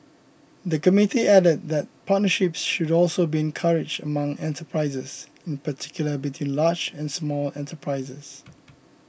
the committee added that partnerships should also be encouraged among enterprises in particular between large and small enterprises